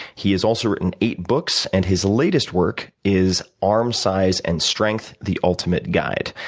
he has also written eight books and his latest work is arm size and strength the ultimate guide.